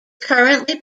currently